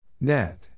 Net